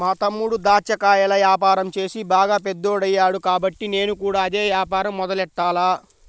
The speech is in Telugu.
మా తమ్ముడు దాచ్చా కాయల యాపారం చేసి బాగా పెద్దోడయ్యాడు కాబట్టి నేను కూడా అదే యాపారం మొదలెట్టాల